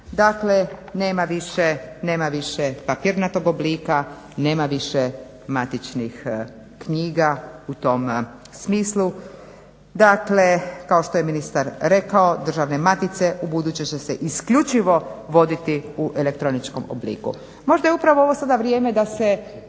Dakle, nema više papirnatog oblika, nema više matičnih knjiga u tom smislu. Dakle, kao što je ministar rekao državne matice ubuduće će se isključivo voditi u elektroničkom obliku. Možda je upravo ovo sada vrijeme da se